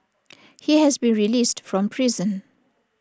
he has been released from prison